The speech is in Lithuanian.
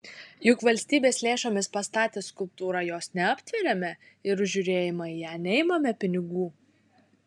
juk valstybės lėšomis pastatę skulptūrą jos neaptveriame ir už žiūrėjimą į ją neimame pinigų